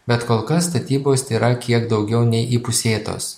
bet kol kas statybos tėra kiek daugiau nei įpusėtos